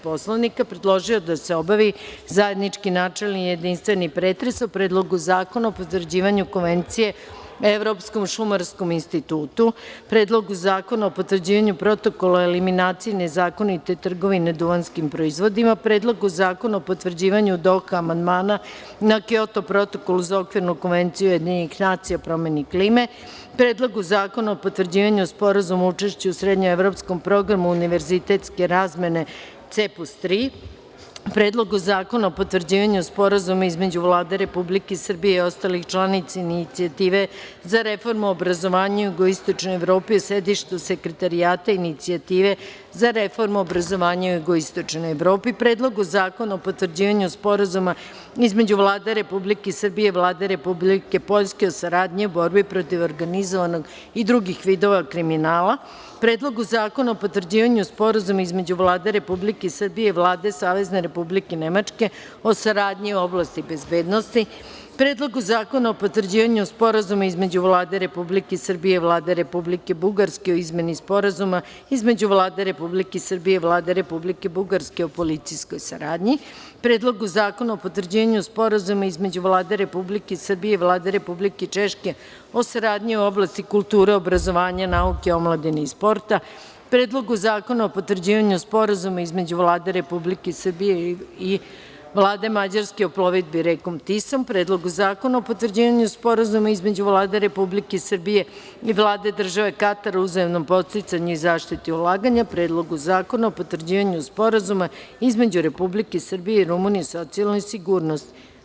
Poslovnika, predložio je da se obavi zajednički načelni i jedinstveni pretres: o Predlogu zakona o potvrđivanju Konvencije na Evropskom šumarskom institutu, Predlogu zakona o potvrđivanju Protokola eliminaciji nezakonite trgovine duvanskim proizvodima, Predlogu zakona o potvrđivanju Doha amandmana na Kjoto protokol za Okvirnu konvenciju Ujedinjenih nacija o promeni klime, Predlogu zakona o potvrđivanju Sporazuma o učešću o Srednjeevropskom programu univerzitetske razmene (CEEPUS III), Predlogu zakona o potvrđivanju Sporazuma između Vlade Republike Srbije i ostalih članica Inicijative za reformu obrazovanja u Jugoističnoj Evropi o sedištu Sekretarijata Inicijative za reformu obrazovanja u Jugoističnoj Evropi, Predlog zakona o potvrđivanju Sporazuma između Vlade Republike Srbije i Vlade Republike Poljske o saradnji u borbi protiv organizovanog i drugih vidova kriminala, Predlogu zakona o potvrđivanju Sporazuma između Vlade Republike Srbije i Vlade Savezne Republike Nemačke o saradnji u oblasti bezbednosti, Predlogu zakona o potvrđivanju Sporazuma između Vlade Republike Srbije i Vlade Republike Bugarske o izmeni Sporazuma između Vlade Republike Srbije i Vlade Republike Bugarske o policijskoj saradnji, Predlogu zakona o potvrđivanju Sporazuma između Vlade Republike Srbije i Vlade Republike Češke o saradnji u oblasti kulture, obrazovanja, nauke i sporta, Predlogu zakona o potvrđivanju Sporazuma između Vlade Republike Srbije i Vlade Mađarske o plovidbi rekom Tisom, Predlogu zakona o potvrđivanju Sporazuma između Vlade Republike Srbije i Vlade Države Katar o uzajamnom podsticanju i zaštiti ulaganja i Predlogu zakona o potvrđivanju Sporazuma između Republike Srbije i Rumunije o socijalnoj sigurnosti.